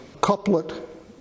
couplet